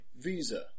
Visa